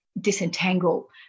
disentangle